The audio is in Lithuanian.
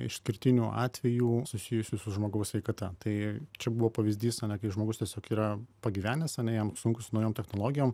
išskirtinių atvejų susijusių su žmogaus sveikata tai čia buvo pavyzdys kai žmogus tiesiog yra pagyvenęs ane jam sunku su naujom technologijom